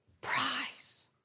prize